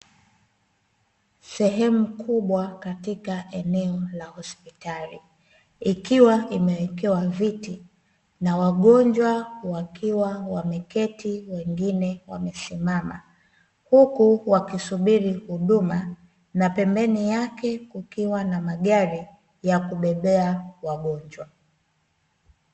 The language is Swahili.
Sehemu kubwa katika eneo la hospitali ikiwa imewekewa viti na wagonjwa wakiwa wameketi, wengine wamesimama; huku wakisubiri huduma, na pembeni yake kukiwa na magari ya kubebea wagonjwa.